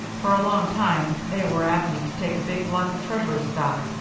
for a long time they were at me to take a big block of treasury stock,